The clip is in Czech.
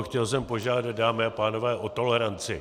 Chtěl jsem požádat, dámy a pánové, o toleranci.